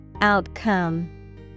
Outcome